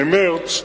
ממרס,